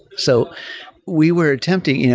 so we were attempting you know